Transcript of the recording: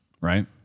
right